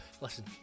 listen